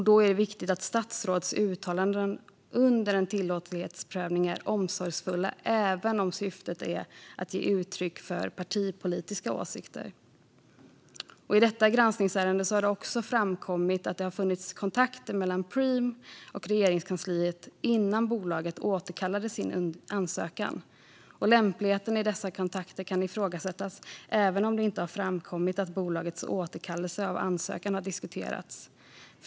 Då är det viktigt att statsråds uttalanden under en tillåtlighetsprövning är omsorgsfulla även om syftet är att ge uttryck för partipolitiska åsikter. I detta granskningsärende har det också framkommit att det har funnits kontakter mellan Preem och Regeringskansliet innan bolaget återkallade sin ansökan. Lämpligheten av dessa kontakter kan ifrågasättas, även om det inte har framkommit att bolagets återkallelse av ansökan har diskuterats.